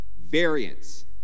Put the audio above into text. Variance